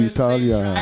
Italia